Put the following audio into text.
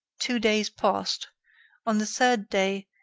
two days passed on the third day,